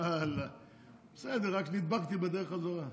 צריך לרשום עליו